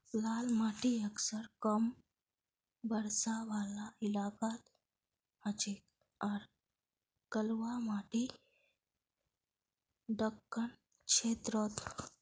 लाल माटी अक्सर कम बरसा वाला इलाकात हछेक आर कलवा माटी दक्कण क्षेत्रत